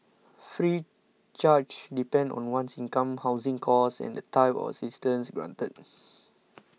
fees charged depend on one's income housing cost and the type of assistance granted